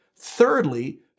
Thirdly